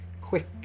quick